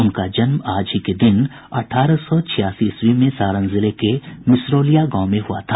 उनका जन्म आज ही के दिन अठारह सौ छियासी ईस्वी में सारण जिले के मिश्रोलिया गांव में हुआ था